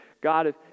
God